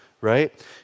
right